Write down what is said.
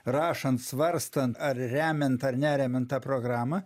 rašant svarstant ar remiant ar neremiant tą programą